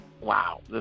wow